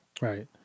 right